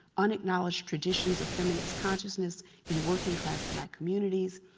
unacknowledged traditions of feminist consciousness in working class black communities,